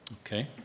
okay